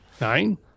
Nine